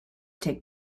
take